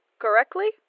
correctly